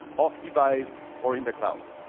off device or in the cloud.